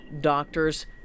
doctors